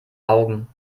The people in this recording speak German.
augen